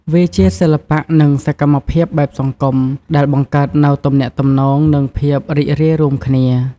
វាជាសិល្បៈ និងសកម្មភាពបែបសង្គម ដែលបង្កើតនូវទំនាក់ទំនង និងភាពរីករាយរួមគ្នា។